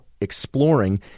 exploring